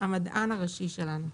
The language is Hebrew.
המדען הראשי שלנו.